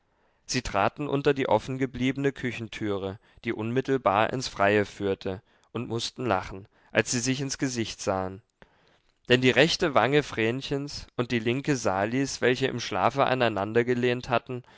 sie traten unter die offengebliebene küchentüre die unmittelbar ins freie führte und mußten lachen als sie sich ins gesicht sahen denn die rechte wange vrenchens und die linke salis welche im schlafe aneinandergelehnt hatten